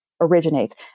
originates